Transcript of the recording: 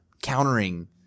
countering